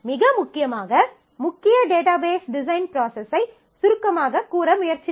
மிக முக்கியமாக முக்கிய டேட்டாபேஸ் டிசைன் ப்ராசஸ்ஸை சுருக்கமாகக் கூற முயற்சித்தோம்